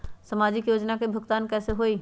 समाजिक योजना के भुगतान कैसे होई?